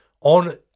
on